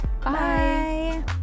bye